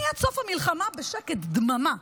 אני עד סוף המלחמה בשקט דממה,